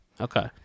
Okay